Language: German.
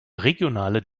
regionale